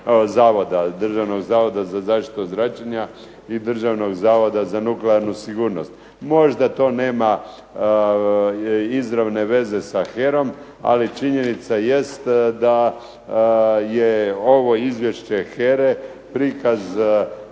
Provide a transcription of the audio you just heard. Državnog zavoda za zaštitu od zračenja i Državnog zavoda za nuklearnu sigurnost. Možda to nema izravne veze sa HERA-om, ali činjenica jest da je ovo izvješće HERA-e prikaz